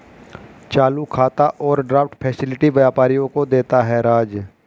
चालू खाता overdraft facility व्यापारियों को देता है राज